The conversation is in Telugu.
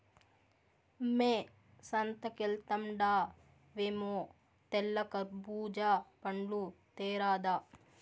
మ్మే సంతకెల్తండావేమో తెల్ల కర్బూజా పండ్లు తేరాదా